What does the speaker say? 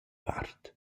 vart